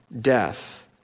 death